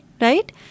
right